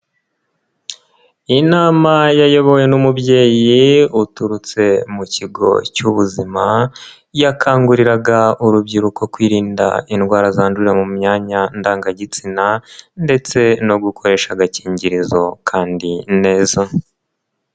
inama yayobowe n'umubyeyi uturutse mu kigo cy'ubuzima, yakanguriraga urubyiruko kwirinda indwara zandurira mu myanya ndangagitsina ndetse no gukoresha agakingirizo kandi neza.